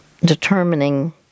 determining